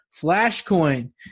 Flashcoin